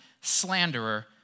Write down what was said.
slanderer